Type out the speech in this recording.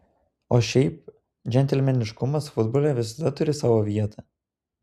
o šiaip džentelmeniškumas futbole visada turi savo vietą